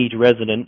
resident